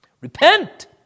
Repent